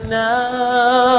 now